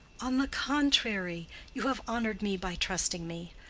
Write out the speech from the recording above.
on the contrary. you have honored me by trusting me.